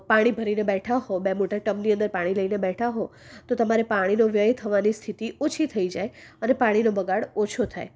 પાણી ભરીને બેઠા હો બે મોટા ટબની અંદર પાણી લઈને બેઠા હો તો તમારે પાણીના વ્યય થવાની સ્થિતી ઓછી થઈ જાય અને પાણીનો બગાડ ઓછો થાય